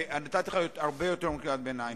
נתתי לך הרבה יותר מקריאת ביניים.